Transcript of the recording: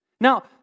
Now